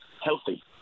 healthy